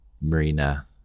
Marina